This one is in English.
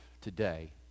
today